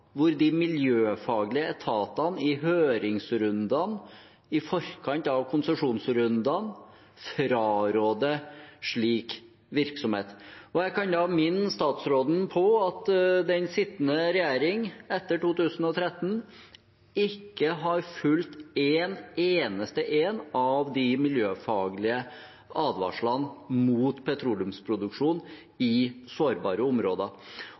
hvor de miljøfaglige etatene i høringsrundene i forkant av konsesjonsrundene frarådet slik virksomhet? Jeg kan minne statsråden på at den sittende regjering etter 2013 ikke har fulgt en eneste av de miljøfaglige advarslene mot petroleumsproduksjon i sårbare områder.